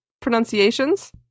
pronunciations